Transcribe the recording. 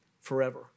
forever